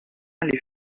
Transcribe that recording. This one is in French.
les